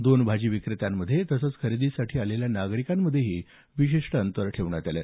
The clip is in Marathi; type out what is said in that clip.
दोन भाजी विक्रेत्यांमध्ये तसंच खरेदीसाठी आलेल्या नागरिकांमध्येही विशिष्ट अंतर ठेवण्यात आलं